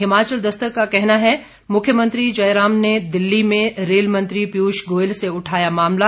हिमाचल दस्तक का कहना है मख्यमंत्री जयराम ने दिल्ली में रेल मंत्री पीयूष गोयल से उठाया मामला